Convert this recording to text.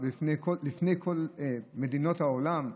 לפני כל מדינות העולם.